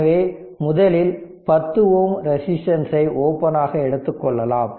எனவே முதலில் 10 Ω ரெசிடென்சை ஓபன் ஆக எடுத்துக் கொள்ளலாம்